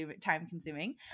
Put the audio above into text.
time-consuming